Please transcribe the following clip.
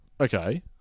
Okay